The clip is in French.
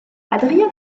adrien